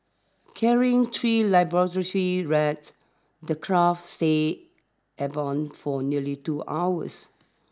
carrying three laboratory rats the craft stayed airborne for nearly two hours